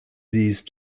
these